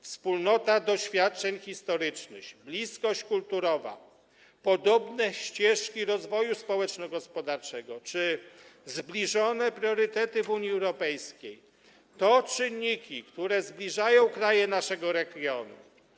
Wspólnota doświadczeń historycznych, bliskość kulturowa, podobne ścieżki rozwoju społeczno-gospodarczego czy zbliżone priorytety w Unii Europejskiej to czynniki, które zbliżają kraje naszego regionu.